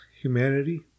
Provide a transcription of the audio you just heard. humanity